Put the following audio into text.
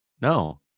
No